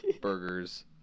burgers